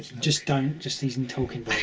just don't, just he's and talking